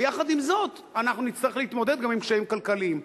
ויחד עם זאת אנחנו נצטרך להתמודד גם עם קשיים כלכליים.